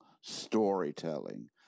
storytelling